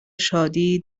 شادی